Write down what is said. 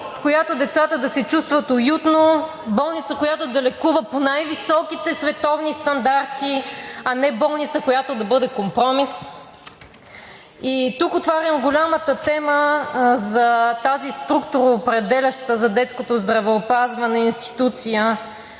в която децата да се чувстват уютно. Болница, която да лекува по най-високите световни стандарти, а не болница, която да бъде компромис. И тук отварям голямата тема за тази структуроопределяща за детското здравеопазване институция